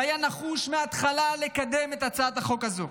שהיה נחוש מההתחלה לקדם את הצעת החוק הזו,